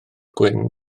gwyn